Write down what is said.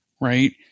right